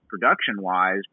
production-wise